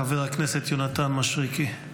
חבר הכנסת יונתן מישרקי.